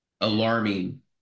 alarming